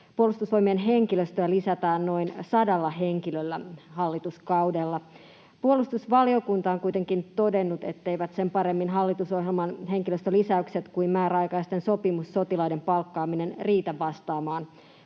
Puolustusvoimien henkilöstöä lisätään noin 100 henkilöllä hallituskaudella. Puolustusvaliokunta on kuitenkin todennut, etteivät sen paremmin hallitusohjelman henkilöstölisäykset kuin määräaikaisten sopimussotilaiden palkkaaminen riitä vastaamaan